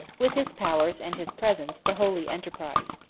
with his powers and his presence, the holy enterprise.